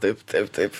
taip taip taip